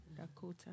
Dakota